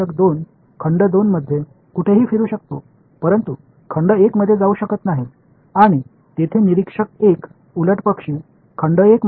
இந்த பையன் பார்வையாளர் 2 தொகுதி 2 இல் எங்கும் சுற்றி நடக்க முடியும் ஆனால் தொகுதி 1 க்குள் நடக்க முடியாது